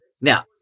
Now